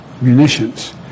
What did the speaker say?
munitions